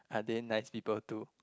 are they nice people too